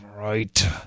Right